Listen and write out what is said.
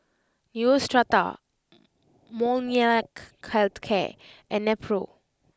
Neostrata Molnylcke Health Care and Nepro